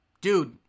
dude